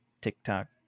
TikTok